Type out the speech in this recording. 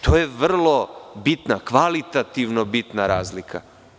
To je vrlo bitna, kvalitativno bitna razlika.